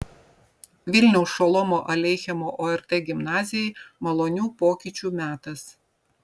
vilniaus šolomo aleichemo ort gimnazijai malonių pokyčių metas